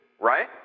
right